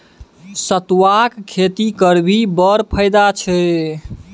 सितुआक खेती करभी बड़ फायदा छै